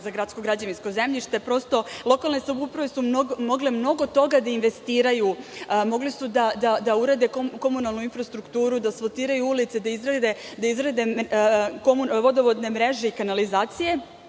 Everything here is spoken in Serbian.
za gradsko građevinsko zemljište, lokalne samouprave su mogle mnogo toga da investiraju, da urede komunalnu infrastrukturu, da asfaltiraju ulice, da izrede vodovodnu mrežu i kanalizaciju,